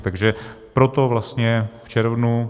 Takže proto vlastně v červnu.